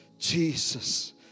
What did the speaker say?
Jesus